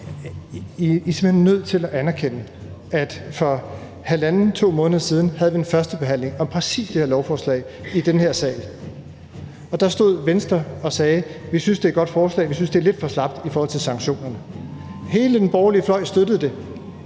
simpelt hen nødt til at anerkende, at vi for 1½-2 måneder siden havde en første behandling om præcis det her lovforslag i den her sal, og der stod Venstre og sagde: Vi synes, det er et godt forslag, men vi synes, det er lidt for slapt i forhold til sanktionerne. Hele den borgerlige fløj støttede det,